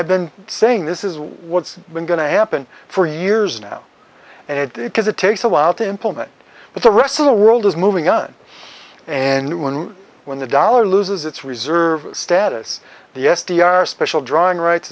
i've been saying this is what's been going to happen for years now and it is because it takes a while to implement but the rest of the world is moving on and when when the dollar loses its reserve status the s d r special drawing rights